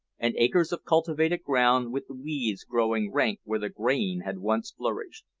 and acres of cultivated ground with the weeds growing rank where the grain had once flourished.